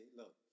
look